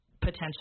potential